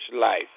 life